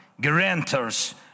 guarantors